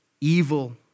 evil